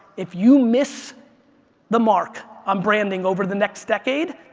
if you miss the mark on branding over the next decade,